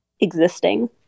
existing